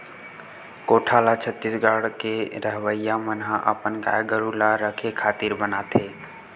कोठा ल छत्तीसगढ़ के रहवइया मन ह अपन गाय गरु ल रखे खातिर बनाथे